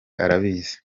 arabizi